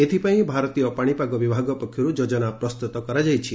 ଏଥିପାଇଁ ଭାରତୀୟ ପାଶିପାଗ ବିଭାଗ ପକ୍ଷରୁ ଯୋଜନା ପ୍ରସ୍ତୁତ କରାଯାଇଛି